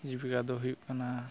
ᱡᱤᱵᱤᱠᱟ ᱫᱚ ᱦᱩᱭᱩᱜ ᱠᱟᱱᱟ